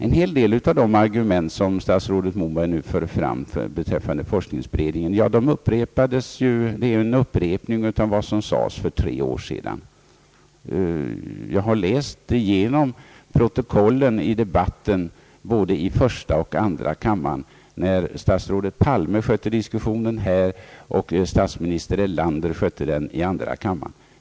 En hel del av de argument som statsrådet Moberg nu för fram beträffande forskningsberedningen är en upprepning av vad som sades för tre år sedan. Jag har läst igenom protokollen från debatten i både första och andra kammaren, varvid statsrådet Palme skötte diskussionen här och statsminister Erlander skötte den i andra kammaren.